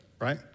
right